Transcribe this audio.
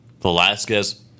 Velasquez